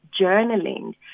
journaling